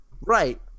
Right